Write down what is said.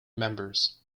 members